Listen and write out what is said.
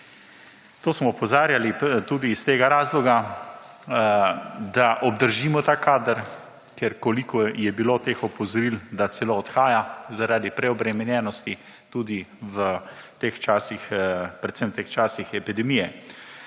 To smo opozarjali tudi iz tega razloga, da obdržimo ta kader, ker kolikor je bilo teh opozoril, da celo odhaja zaradi preobremenjenosti tudi v teh časih, predvsem v teh časih epidemije.